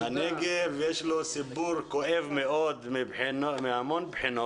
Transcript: ולנגב יש סיפור כואב מאוד מבחינות